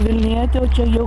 vilnietė o čia jau